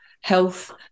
health